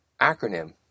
acronym